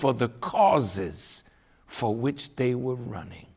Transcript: for the causes for which they were running